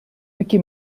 micky